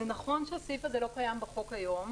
זה נכון שהסעיף הזה לא קיים היום בחוק.